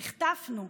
נחטפנו,